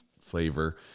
flavor